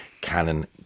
Canon